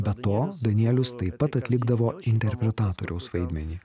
be to danielius taip pat atlikdavo interpretatoriaus vaidmenį